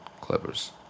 Clippers